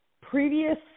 previous